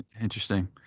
Interesting